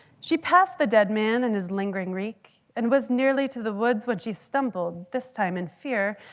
she passed the dead man and his lingering reek and was nearly to the woods when she stumbled, this time in fear.